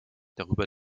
darüber